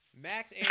Max